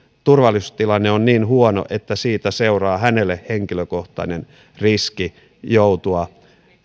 turvallisuustilanne on niin huono että siitä seuraa hänelle henkilökohtainen riski joutua